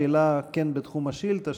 שאלה כן בתחום השאילתה,